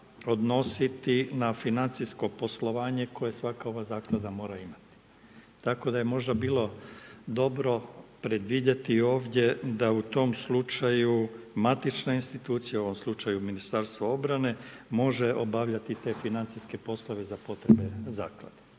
odnositi na financijsko poslovanje koja svaka ova Zaklada mora imati. Tako da je možda bilo dobro predvidjeti ovdje da u tom slučaju matična institucija, u ovom slučaju MORH može obavljati te financijske poslove za potrebe Zaklade.